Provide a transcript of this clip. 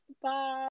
Bye